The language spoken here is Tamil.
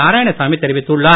நாராயணசாமி தெரிவித்துள்ளார்